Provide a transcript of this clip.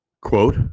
quote